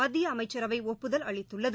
மத்திய அமைச்சரவை ஒப்புதல் அளித்துள்ளது